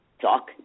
talk